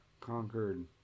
conquered